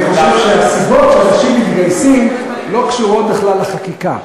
אני חושב שהסיבות שאנשים מתגייסים לא קשורות בכלל לחקיקה,